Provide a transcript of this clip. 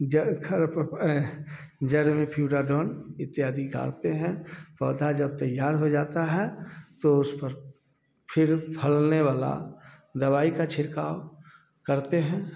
जड़ खर जड़ में फ्यूराडाॅन इत्यादि गाड़ते हैं पौधा जब तैयार हो जाता है तो उस पर फिर फलने वाला दवाई का छिड़काव करते हैं